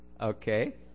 Okay